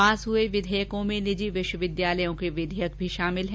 पास हुए विधेयकों में निजी विष्वविद्यालयों के विधेयक भी शामिल हैं